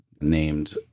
named